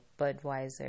Budweiser